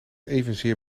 evenzeer